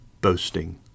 boasting